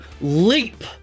leap